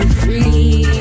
free